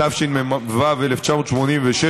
תודה, אדוני היושב-ראש.